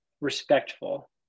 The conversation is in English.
respectful